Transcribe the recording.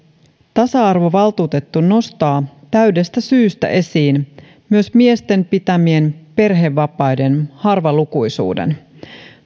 tasa arvovaltuutettu nostaa täydestä syystä esiin myös miesten pitämien perhevapaiden harvalukuisuuden